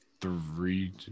three